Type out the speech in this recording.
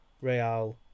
Real